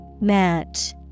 Match